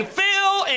Phil